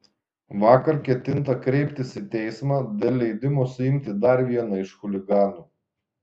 vakar ketinta kreiptis į teismą dėl leidimo suimti dar vieną iš chuliganų